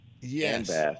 Yes